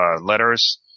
letters